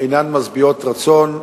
אינן משביעות רצון,